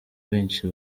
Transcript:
benshi